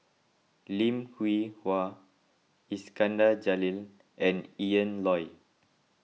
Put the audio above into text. Lim Hwee Hua Iskandar Jalil and Ian Loy